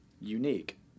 unique